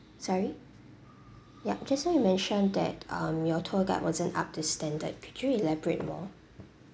sorry yup just now you mentioned that um your tour guide wasn't up to standard could you elaborate more